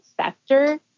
sector